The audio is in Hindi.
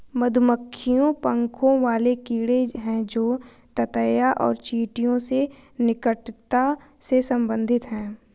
मधुमक्खियां पंखों वाले कीड़े हैं जो ततैया और चींटियों से निकटता से संबंधित हैं